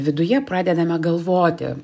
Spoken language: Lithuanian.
viduje pradedame galvoti